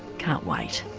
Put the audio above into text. can't wait